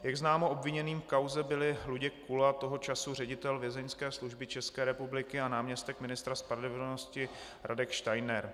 Jak známo, obviněnými v kauze byli Luděk Kula, toho času ředitel Vězeňské služby České republiky, a náměstek ministra spravedlnosti Radek Steiner.